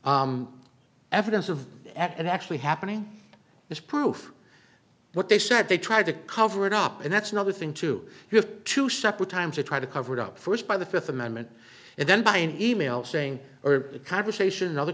evidence of and actually happening is proof what they said they tried to cover it up and that's another thing too you have two separate times to try to cover it up first by the fifth amendment and then by e mail saying or the conversation another